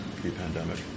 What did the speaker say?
pre-pandemic